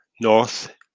North